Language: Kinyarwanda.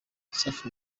safi